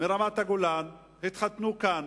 מרמת-הגולן התחתנו כאן